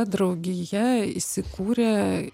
draugija įsikūrė